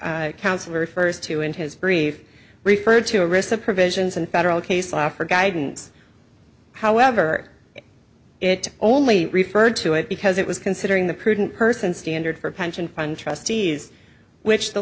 council refers to in his brief referred to a risk of provisions and federal case law for guidance however it only referred to it because it was considering the prudent person standard for pension fund trustees which the